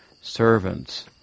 servants